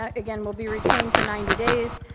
ah again will be retained for ninety days.